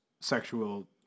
sexual